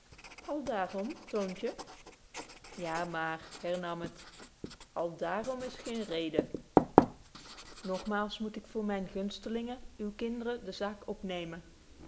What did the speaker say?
daarom toontje ja maar hernam het platje al daarom is geen reden nogmaal moet ik voor myne gunstelingen uwe kinderen de zaak opneemen